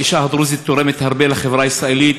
האישה הדרוזית תורמת הרבה לחברה הישראלית,